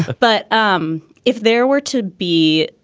but um if there were to be,